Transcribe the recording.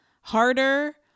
harder